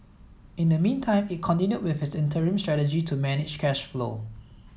in the meantime it continued with its interim strategy to manage cash flow